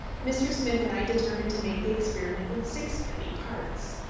mr. smith and i determined to make the experiment with sixpenny parts.